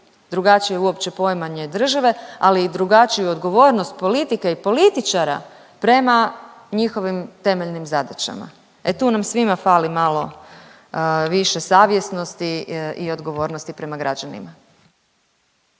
drugačije uopće poimanje države, ali i drugačiju odgovornost politike i političara prema njihovim temeljnim zadaćama. E tu nam svima fali malo više savjesnosti i odgovornosti prema građanima.